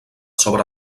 sobre